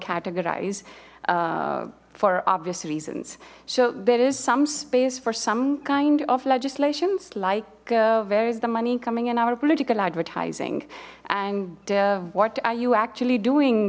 categorize for obvious reasons so there is some space for some kind of legislations like where is the money coming in our political advertising and what are you actually doing